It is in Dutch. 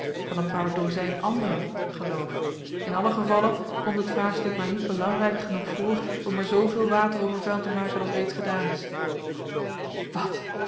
van een paar dozijn anderen geloof in allen gevalle komt het vraagstuk mij niet belangrijk genoeg voor om er zooveel water over vuil te maken als reeds gedaan is wat